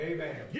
Amen